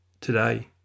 today